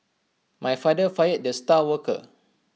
my father fired the star worker